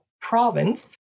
province